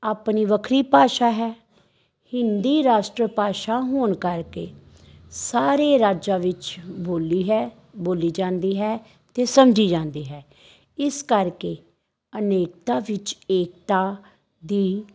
ਆਪਣੀ ਵੱਖਰੀ ਭਾਸ਼ਾ ਹੈ ਹਿੰਦੀ ਰਾਸ਼ਟਰ ਭਾਸ਼ਾ ਹੋਣ ਕਰਕੇ ਸਾਰੇ ਰਾਜਾਂ ਵਿੱਚ ਬੋਲੀ ਹੈ ਬੋਲੀ ਜਾਂਦੀ ਹੈ ਅਤੇ ਸਮਝੀ ਜਾਂਦੀ ਹੈ ਇਸ ਕਰਕੇ ਅਨੇਕਤਾ ਵਿੱਚ ਏਕਤਾ ਦੀ